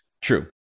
True